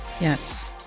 Yes